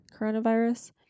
coronavirus